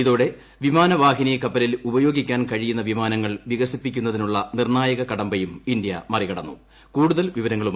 ഇതോടെ വിമാനവാഹിനി കപ്പലിൽ ഉപയ്യോഗിക്കാൻ കഴിയുന്ന വിമാനങ്ങൾ വികസിപ്പിക്കുന്നതിനുള്ള നിർണായ്കൂകടമ്പയും ഇന്ത്യ മറികടന്നു